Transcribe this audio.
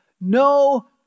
No